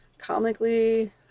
comically